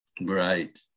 right